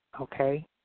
okay